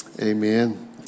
amen